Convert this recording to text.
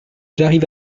j’arrive